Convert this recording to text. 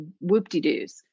whoop-de-doos